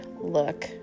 look